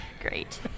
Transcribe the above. Great